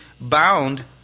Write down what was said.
bound